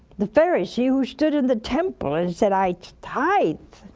the pharisee who stood in the temple and said, i tithe,